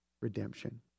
redemption